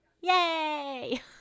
Yay